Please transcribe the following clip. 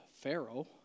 Pharaoh